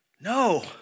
No